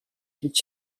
هیچ